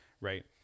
Right